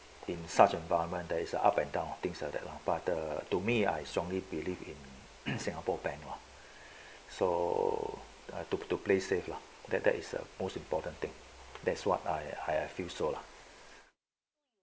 in such an environment that is up and down things like that lah but the to me I strongly believe in singapore bank mah so I took to play safe lah that that is the most important thing that's what I I uh feel so lah